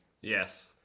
Yes